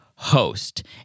Host